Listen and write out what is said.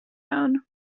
own